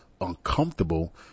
uncomfortable